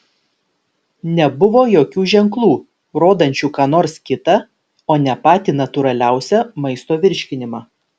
nebuvo jokių ženklų rodančių ką nors kitą o ne patį natūraliausią maisto virškinimą